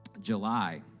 July